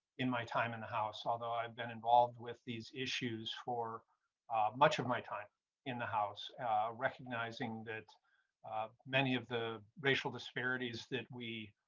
in my time in the house, although i've been involved with these issues or much of my time in the house recognizing that many of the racial disparities that we